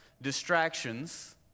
distractions